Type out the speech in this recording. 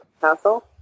Castle